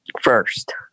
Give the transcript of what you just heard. first